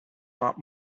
not